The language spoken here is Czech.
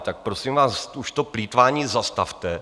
Tak prosím vás, už to plýtvání zastavte.